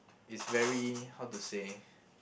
it's very how to say